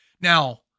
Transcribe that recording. now